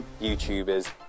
YouTubers